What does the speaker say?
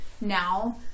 now